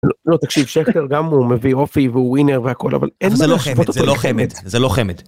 ‫לא, תקשיב, שקל גם הוא מביא אופי ‫והוא ווינר והכול, אבל אין לו... זה לא חמד. ‫זה לא חמד, זה לא חמד.